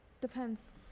Depends